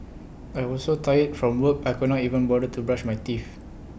I was so tired from work I could not even bother to brush my teeth